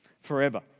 forever